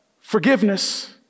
forgiveness